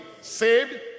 saved